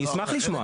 אני אשמח לשמוע.